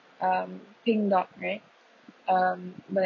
um pink dot right um but